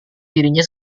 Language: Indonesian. dirinya